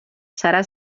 serà